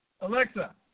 Alexa